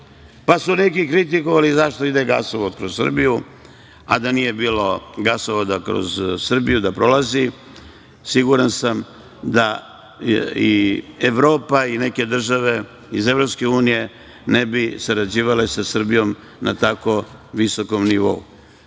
su kritikovali zašto ide gasovod kroz Srbiju, a da nije bilo gasovoda kroz Srbiju siguran sam da i Evropa i neke države iz EU ne bi sarađivale sa Srbijom na tako visokom nivou. Moj